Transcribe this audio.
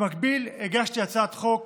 במקביל, הגשתי הצעת חוק